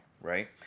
right